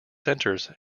centers